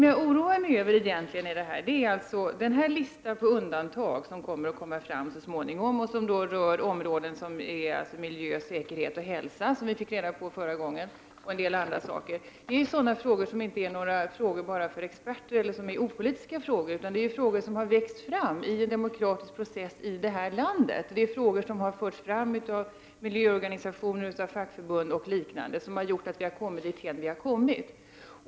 Jag oroar mig egentligen över att listan på undantag som skall tas fram så småningom och som bl.a. rör områdena miljö, säkerhet och hälsa — som vi fick reda på vid det förra informationstillfället — utgör sådana frågor som inte är frågor enbart för experter, eller opolitiska frågor. Det är frågor som har växt fram i en demokratisk process i det här landet. Det är frågor som har förts fram i miljöorganisationer, fackförbund och liknande. Detta har gjort att vi har kommit dit vi har kommit.